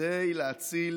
כדי להציל